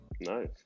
nice